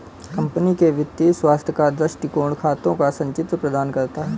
company के वित्तीय स्वास्थ्य का दृष्टिकोण खातों का संचित्र प्रदान करता है